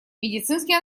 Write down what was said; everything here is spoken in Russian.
медицинский